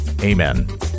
Amen